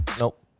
nope